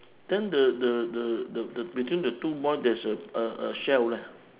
then the the the the the between the two boys there's a a shell leh